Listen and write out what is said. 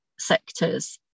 sectors